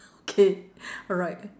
okay alright